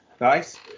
Nice